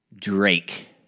Drake